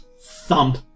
thump